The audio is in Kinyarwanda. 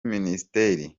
ministeri